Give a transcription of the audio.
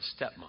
stepmom